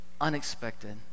unexpected